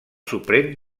suprem